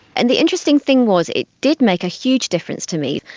and the interesting thing was it did make a huge difference to me.